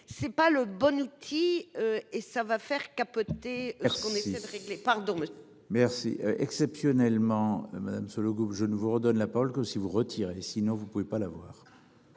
c'est pas le bon outil. Et ça va faire capoter lorsqu'on essaie de régler pardon. Merci. Exceptionnellement, Madame Sollogoub. Je ne vous redonne la parole, que si vous retirez sinon vous ne pouvez pas l'avoir.